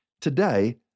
Today